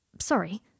sorry